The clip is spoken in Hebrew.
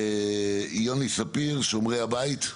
יוני ספיר, שומרי הבית.